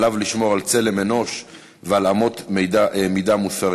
עליו לשמור על צלם אנוש ועל אמות מידה מוסריות.